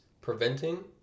preventing